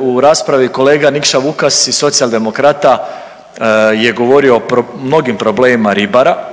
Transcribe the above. u raspravi kolega Nikša Vukas iz Socijaldemokrata je govorio o mnogim problemima ribara